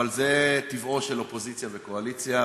אבל זה טבען של אופוזיציה וקואליציה,